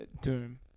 Doom